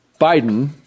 Biden